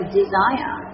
desire